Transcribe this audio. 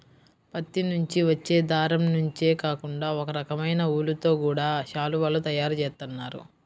పత్తి నుంచి వచ్చే దారం నుంచే కాకుండా ఒకరకమైన ఊలుతో గూడా శాలువాలు తయారు జేత్తన్నారు